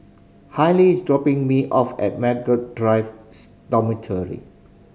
Haylie is dropping me off at Margaret Drive Dormitory